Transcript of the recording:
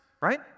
right